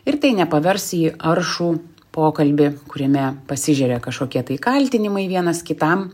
ir tai nepavirs į aršų pokalbį kuriame pasižeria kažkokie tai kaltinimai vienas kitam